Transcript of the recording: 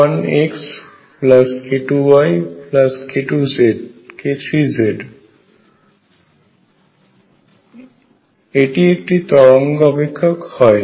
এটি একটি তরঙ্গ অপেক্ষক হয়